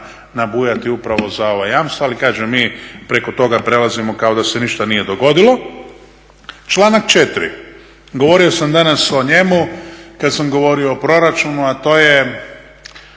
nabujati upravo za ova jamstva. Ali kažem, mi preko toga prelazimo kao da se ništa nije dogodilo. Članak 4., govorio sam danas o njemu kad sam govorio o proračunu, a to je